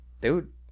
dude